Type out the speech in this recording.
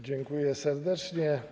Dziękuję serdecznie.